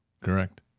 Correct